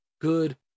good